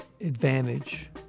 advantage